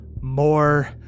more